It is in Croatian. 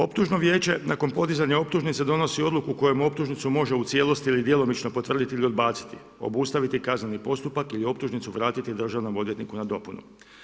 Optužno vijeće nakon podizanje optužnica, donosi odluku u kojemu optužnicu može u cijelosti ili djelomično potvrditi ili odbaciti, obustaviti kazneni postupak ili optužnicu vratiti Držanom odvjetniku na dopunu.